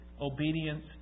obedience